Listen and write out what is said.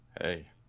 Hey